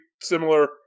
similar